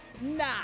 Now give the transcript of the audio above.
Nah